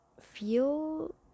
feel